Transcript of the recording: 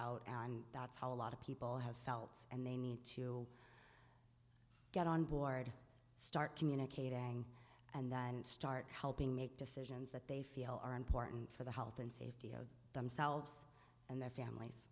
out and that's how a lot of people have felt and they need to get on board start communicating and that and start helping make decisions that they feel are important for the health and safety of themselves and their families